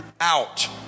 out